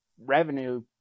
revenue